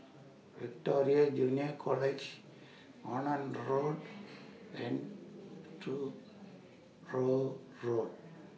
Victoria Junior College Onan Road and Truro Road